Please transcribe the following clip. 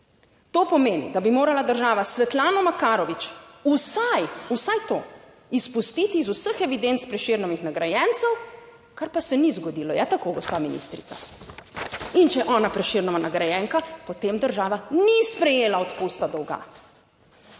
To pomeni, da bi morala država s Svetlano Makarovič vsaj, vsaj to, izpustiti iz vseh evidenc Prešernovih nagrajencev, kar pa se ni zgodilo, je tako gospa ministrica? In če je ona Prešernova nagrajenka, potem država ni sprejela odpusta dolga.